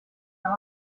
mehr